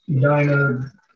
Diner